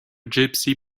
gypsy